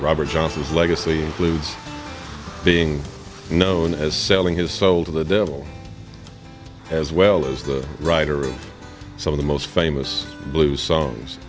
robert johnson's legacy lives being known as selling his soul to the devil as well as the writer of some of the most famous blues songs